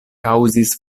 kaŭzis